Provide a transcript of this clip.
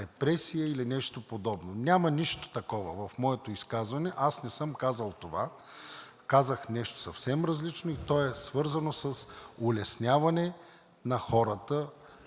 репресия или нещо подобно. Няма нищо такова в моето изказване. Аз не съм казал това. Казах нещо съвсем различно и то е свързано с улесняване на хората,